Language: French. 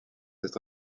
être